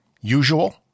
Usual